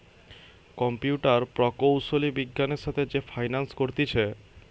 computer প্রকৌশলী বিজ্ঞানের সাথে যে ফাইন্যান্স করতিছে